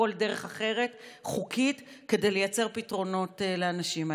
בכל דרך חוקית אחרת כדי לייצר פתרונות לאנשים האלה.